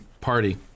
party